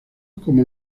como